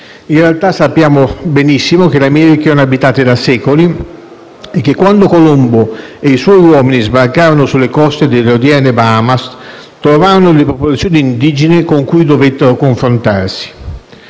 In realtà, sappiamo benissimo che le Americhe erano abitate da secoli e che quando Colombo e i suoi uomini sbarcarono sulle coste delle odierne Bahamas trovarono delle popolazioni indigene con cui dovettero confrontarsi.